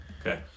Okay